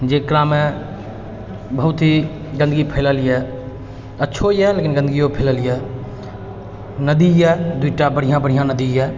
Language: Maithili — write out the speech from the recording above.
जकरामे बहुत ही जङ्गली फैलल अइ अच्छो अइ लेकिन गन्दगीओ फैलल अइ नदी अइ दुइटा बढ़िआँ बढ़िआँ नदी अइ